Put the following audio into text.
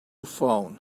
phone